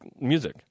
music